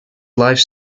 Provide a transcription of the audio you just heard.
life